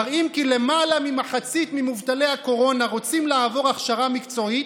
מראים כי למעלה ממחצית ממובטלי הקורונה רוצים לעבור הכשרה מקצועית,